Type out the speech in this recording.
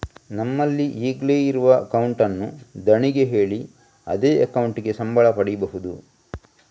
ನಮ್ಮಲ್ಲಿ ಈಗ್ಲೇ ಇರುವ ಅಕೌಂಟ್ ಅನ್ನು ಧಣಿಗೆ ಹೇಳಿ ಅದೇ ಅಕೌಂಟಿಗೆ ಸಂಬಳ ಪಡೀಬಹುದು